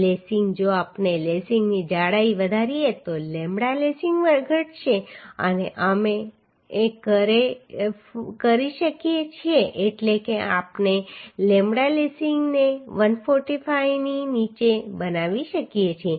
lacing જો આપણે લેસિંગની જાડાઈ વધારીએ તો લેમ્બડા લેસિંગ ઘટશે અને અમે કરી શકીએ છીએ એટલે કે આપણે લેમ્બડા લેસિંગને 145 ની નીચે બનાવી શકીએ છીએ